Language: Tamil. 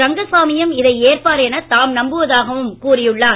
ரங்கசாமியும் இதை ஏற்பார் என தாம் நம்புவதாகவும் கூறியுள்ளார்